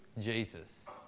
Jesus